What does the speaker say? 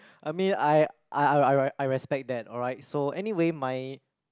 I mean I I I I respect that alright so anyway my